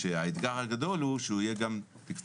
שהאתגר הגדול הוא שהוא יהיה גם תקצוב